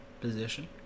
position